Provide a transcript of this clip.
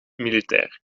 militair